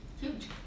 Huge